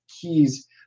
keys